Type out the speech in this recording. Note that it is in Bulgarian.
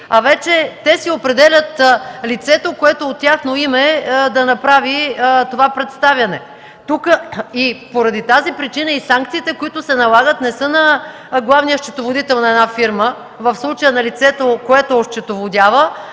а те сами определят лицето, което от тяхно име да направи представянето. По тази причина санкциите, които се налагат, не са на главния счетоводител на фирмата, в случая на лицето, което осчетоводява,